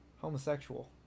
homosexual